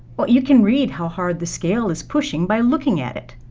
but you can read how hard the scale is pushing by looking at it.